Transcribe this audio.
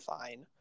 Fine